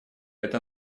это